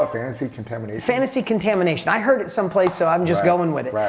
ah fantasy contamination? fantasy contamination. i heard it some place so i'm just going with it.